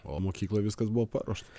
o mokykloj viskas buvo paruošta